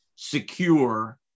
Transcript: secure